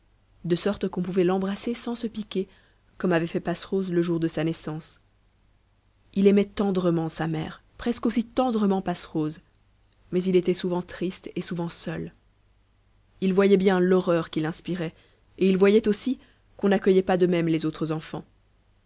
de sorte qu'on pouvait l'embrasser sans se piquer comme avait fait passerose le jour de sa naissance il aimait tendrement sa mère presque aussi tendrement passerose mais il était souvent triste et souvent seul il voyait bien l'horreur qu'il inspirait et il voyait aussi qu'on n'accueillait pas de même les autres enfants